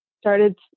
started